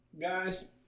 Guys